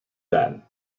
that